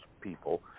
people